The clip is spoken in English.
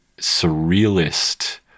surrealist